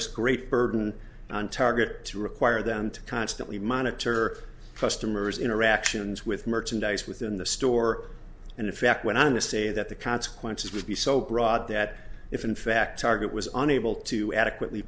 us great burden on target to require them to constantly monitor customers interactions with merchandise within the store and in fact went on to say that the consequences would be so broad that if in fact target was unable to adequately